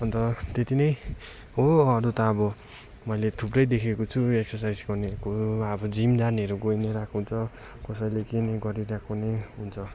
अन्त त्यति नै हो अरू त अब मैले थुप्रै देखेको छु एक्सरसाइज गर्नेको अब जिम जानेहरू गई नै रहेको हुन्छ कसैले के नै गरिरहेको नै हुन्छ